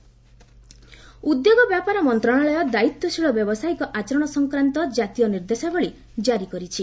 ଗମେଣ୍ଟ business ଉଦ୍ୟୋଗ ବ୍ୟାପାର ମନ୍ତ୍ରଣାଳୟ ଦାୟିତ୍ୱଶୀଳ ବ୍ୟବସାୟିକ ଆଚରଣ ସଂକ୍ରାନ୍ତ ଜାତୀୟ ନିର୍ଦ୍ଦେଶାବଳୀ ଜାରି କରିଛି